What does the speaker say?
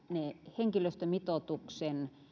henkilöstömitoituksen